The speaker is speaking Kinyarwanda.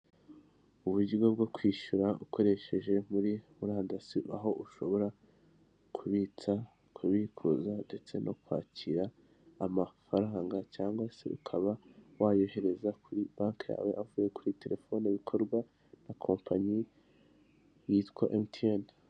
Uburyo bwo kwishyura ukoresheje muri murandasi aho ushobora kubitsa, kubikuza ndetse no kwakira amafaranga, cyangwa se ukaba wayohereza kuri banki yawe avuye kuri telefone bikorwa na kompanyi yitwa emutiyeni.